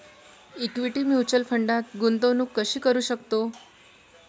Equity mutual फंडात गुंतवणूक कशी करू शकतो?